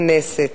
הכנסת.